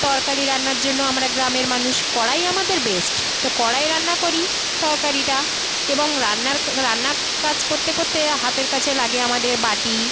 তরকারি রান্নার জন্য আমরা গ্রামের মানুষ কড়াই আমাদের বেস্ট তো কড়াইয়ে রান্না করি তরকারিটা এবং রান্নার রান্না কাজ করতে করতে হাতের কাছে লাগে আমাদের বাটি